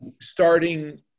starting